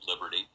liberty